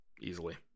easily